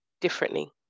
differently